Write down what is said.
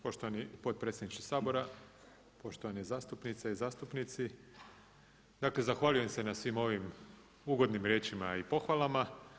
Poštovani potpredsjedniče Sabora, poštovane zastupnice i zastupnici, dakle zahvaljujem se na svim ovim ugodnim riječima i pohvalama.